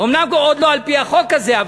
אומנם עוד לא על-פי החוק הזה,